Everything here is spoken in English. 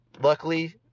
Luckily